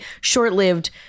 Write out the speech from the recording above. short-lived